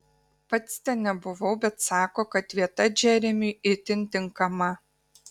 pats ten nebuvau bet sako kad vieta džeremiui itin tinkama